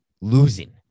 losing